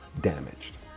damaged